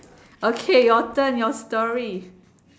okay your turn your story